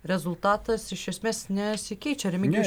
rezultatas iš esmės nesikeičia remigijus